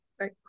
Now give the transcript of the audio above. Right